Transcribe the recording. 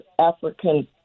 African